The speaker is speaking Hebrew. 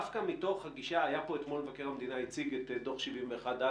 היה כאן אתמול מבקר המדינה והציג את דוח 71א',